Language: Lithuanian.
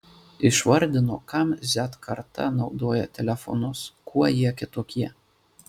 išvardino kam z karta naudoja telefonus kuo jie kitokie